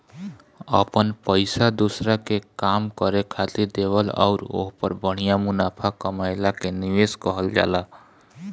अपन पइसा दोसरा के काम करे खातिर देवल अउर ओहपर बढ़िया मुनाफा कमएला के निवेस कहल जाला